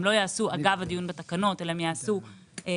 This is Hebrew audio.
הם לא ייעשו אגב הדיון בתקנות אלא הם ייעשו בנפרד